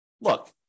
look